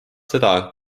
seda